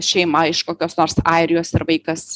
šeima iš kokios nors airijos ir vaikas